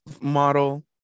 model